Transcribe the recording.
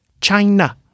China